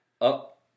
up